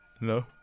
no